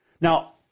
Now